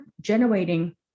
generating